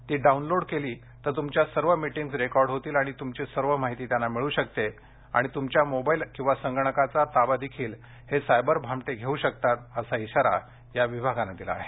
ती डाऊनलोड केली तर तुमच्या सर्व मिटिंग्ज रेकॉर्ड होतील आणि तुमची सर्व माहिती त्यांना मिळू शकते आणि तुमच्या मोबाईल किंवा संगणकाचा ताबादेखील हे सायबर भामटे घेऊ शकतात असा इशारा या विभागानं दिला आहे